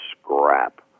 scrap